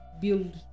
build